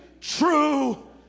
true